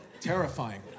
terrifying